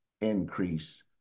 increase